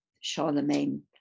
Charlemagne